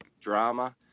drama